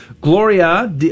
Gloria